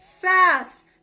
fast